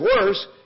worse